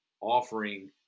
offering